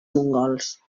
mongols